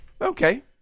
Okay